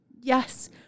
Yes